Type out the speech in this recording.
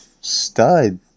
stud